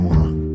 one